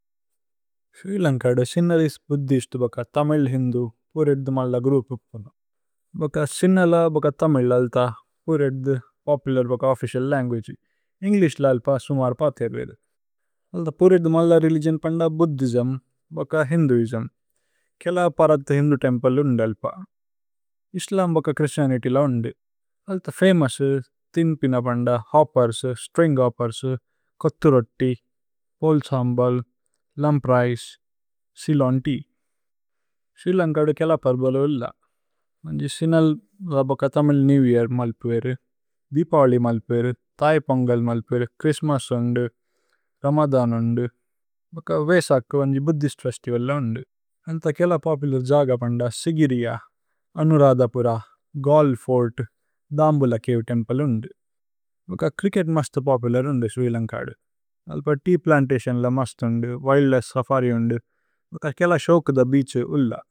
Sri ലന്ക'സ് സ്മല്ലേസ്ത് ബുദ്ധിസ്ത് is a തമില്-ഹിന്ദു, പുരൈദു-മല്ല group. In സിന്ഹല and Tamil, പുരൈദു is a popular official language. In English, it's a bit Moreh ചോമ്മോന്। The പുരൈദു-മല്ല religion is Buddhism and Hinduism. There are a fave പരഥ Hindu തേമ്പ്ലേസ്। ഇസ്ലമ് is in Christianity. There are famous ഥിന് പിനപ്പ്ലേ, ഹോപ്പേര്സ്, string ഹോപ്പേര്സ്, കോഥു roti, പോലേ സമ്ബോല്, ലുമ്പ് rice, Sri ലന്കന് tea. Sri ലന്കന് is not in many places. In സിന്ഹല, there is Tamil new year, Deepavali, Thai Pongal, Christmas, Ramadan, Vesak Buddhist festival. There are many popular places like Sigiriya, Anuradhapura, Galle fort, Dambulla cave temple. Cricket is very popular in Sri Lanka. There are many tea plantations, wildlife safari, and a few ശോകുധ beaches.